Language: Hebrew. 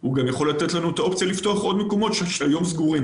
הוא גם יכול לתת לנו אופציה לפתוח מקומות שהיום סגורים,